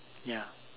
ya